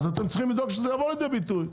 אז אתם צריכים לדאוג שזה ייבוא לידי ביטוי.